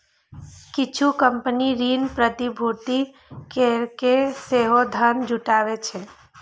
किछु कंपनी ऋण प्रतिभूति कैरके सेहो धन जुटाबै छै